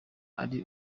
ari